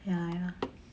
ya ya